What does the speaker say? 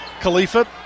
Khalifa